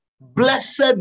Blessed